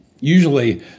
usually